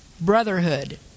brotherhood